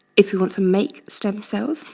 if we want to make stem cells,